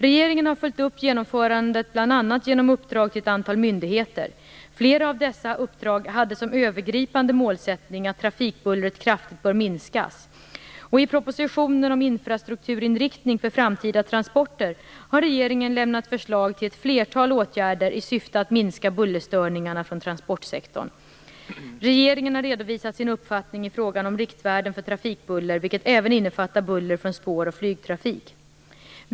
Regeringen har följt upp genomförandet bl.a. genom uppdrag till ett antal myndigheter. Flera av dessa uppdrag hade som övergripande målsättning att trafikbullret kraftigt bör minskas, och i proposition 1996/97:53 om infrastrukturinriktning för framtida transporter har regeringen lämnat förslag till ett flertal åtgärder i syfte att minska bullerstörningarna från transportsektorn. Regeringen har redovisat sin uppfattning i frågan om riktvärden för trafikbuller, vilket även innefattar buller från spår och flygtrafik.